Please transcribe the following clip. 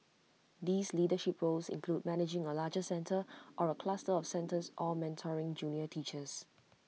these leadership roles include managing A larger centre or A cluster of centres or mentoring junior teachers